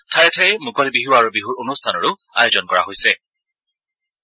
ঠায়ে ঠায়ে মুকলি বিহু আৰু বিহুৰ অনুষ্ঠানৰো আয়োজন কৰা হব